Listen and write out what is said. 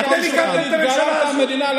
אתם הקמתם את הממשלה הזאת.